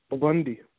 Bundy